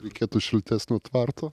reikėtų šiltesnio tvarto